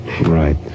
right